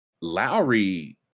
Lowry